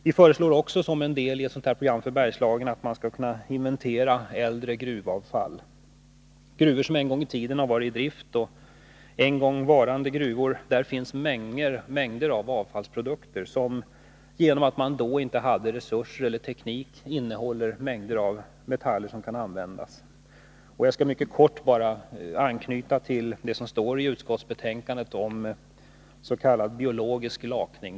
Vi föreslår också som en del i ett sådant program för Bergslagen att man skall kunna inventera äldre gruvavfall. I gruvor som en gång i tiden varit i drift finns det mängder av avfallsprodukter, som genom att man då inte hade resurser eller teknik för tillvaratagandet innehåller metaller som kan användas. Jag skall mycket kort anknyta till det som står i utskottsbetänkandet om s.k. biologisk lakning.